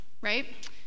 right